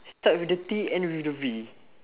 start with the T end with the V